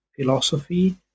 philosophy